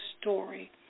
story